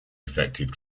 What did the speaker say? effective